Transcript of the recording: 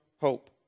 hope